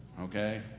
Okay